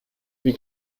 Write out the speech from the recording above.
wie